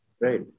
Right